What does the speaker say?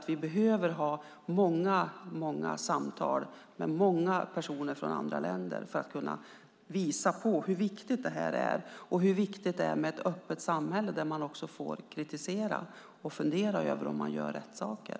Vi behöver ha många samtal med många personer från andra länder för att kunna visa på hur viktigt det här är och hur viktigt det är med ett öppet samhälle där man också får kritisera och fundera över om man gör rätt saker.